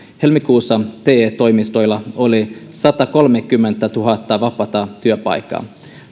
helmikuussa te toimistoilla oli satakolmekymmentätuhatta vapaata työpaikkaa